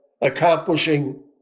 accomplishing